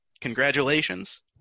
congratulations